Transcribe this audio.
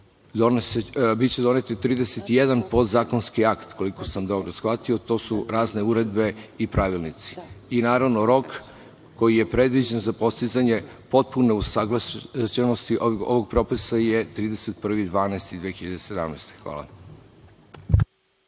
biće donet 31 podzakonski akt, ako sam dobro shvatio, to su razne uredbe i pravilnici. Naravno, rok koji je predviđen za postizanje potpune usaglašenosti ovog propisa je 31.12.2017. godine.